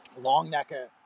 Longnecker